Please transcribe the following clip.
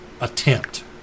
attempt